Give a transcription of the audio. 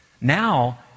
now